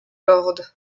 lord